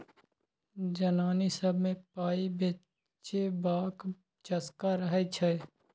जनानी सब मे पाइ बचेबाक चस्का रहय छै